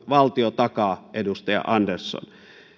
valtio takaa edustaja andersson